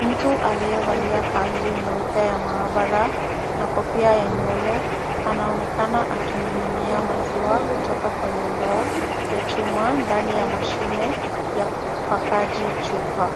mtu aliyevalia kanzu nyeupe ya maabara na kofia ya nywele anaonekana akimiminia maziwa kutoka kwenye ndoo ya chuma ndani ya mashine ya kupakaji chupa.